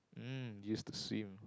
mm used to swim